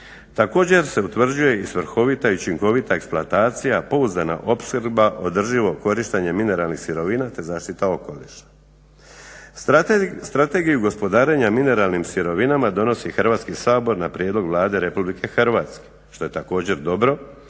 Također se utvrđuje i svrhovita i učinkovita eksploatacija, pouzdana opskrba, održivo korištenje mineralnih sirovina te zaštita okoliša. Strategiju gospodarenja mineralnih sirovinama donosi Hrvatski sabor na prijedlog Vlade Republike Hrvatske što je također dobro